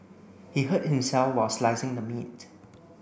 he hurt himself while slicing the meat